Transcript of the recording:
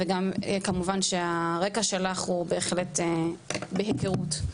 וכמובן שהרקע שלך הוא בהחלט בהיכרות.